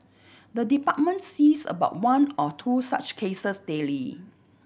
the department sees about one or two such cases daily